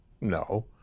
No